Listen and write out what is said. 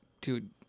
dude